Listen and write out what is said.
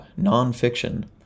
nonfiction